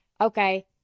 okay